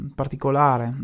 particolare